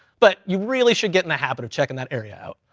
but you really should get in the habit of checking that area out.